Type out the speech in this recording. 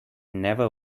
never